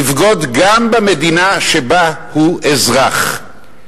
יבגוד גם במדינה שבה הוא אזרח,